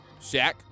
Shaq